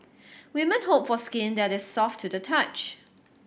women hope for skin that is soft to the touch